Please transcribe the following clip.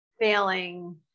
failing